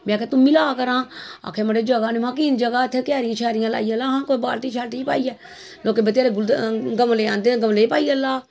में आखेआ तूं बी ला करांऽ आक्खै मड़े जगह निं में आखेआ कि नेईं जगह इत्थै क्यारियां श्यारियां ला हा कोई बाल्टी शाल्टी पाइयै लोकें बत्थेरे गमले आंदे दे गमले च पाइयै ला